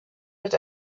mit